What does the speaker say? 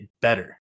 better